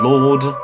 Lord